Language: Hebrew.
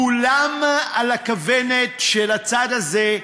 כולם על הכוונת של הצד הזה,